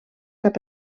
cap